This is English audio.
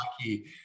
lucky